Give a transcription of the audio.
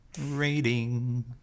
rating